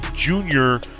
junior